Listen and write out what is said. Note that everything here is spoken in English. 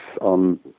on